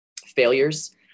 failures